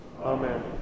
Amen